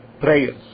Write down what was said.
prayers